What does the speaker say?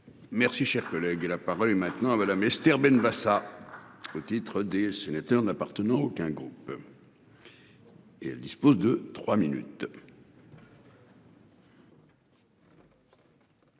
Merci, cher collègue, la parole est maintenant à Madame. Esther Benbassa. Au titre des sénateurs n'appartenant à aucun goût. Et elle dispose de 3 minutes.